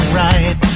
right